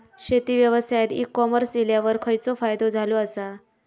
शेती व्यवसायात e commerce इल्यावर खयचो फायदो झालो आसा?